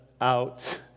out